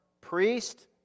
Priest